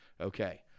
Okay